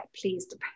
pleased